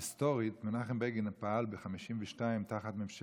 מנחם בגין פעל ב-1952 תחת ממשלת בן-גוריון,